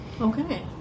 okay